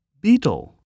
Beetle